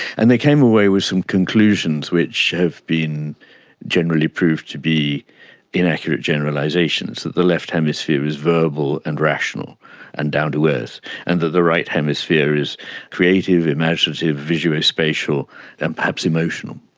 and they came away with some conclusions which have been generally proved to be inaccurate generalisations, that the left hemisphere is verbal and rational and down-to-earth, and that the right hemisphere is creative, imaginative, visuospatial and perhaps emotional.